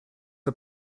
are